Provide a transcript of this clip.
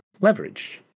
leverage